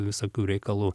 visokių reikalų